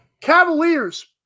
Cavaliers